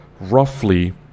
roughly